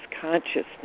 consciousness